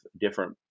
different